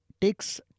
takes